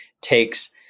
takes